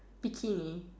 bikini